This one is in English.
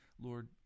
Lord